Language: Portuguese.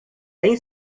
tem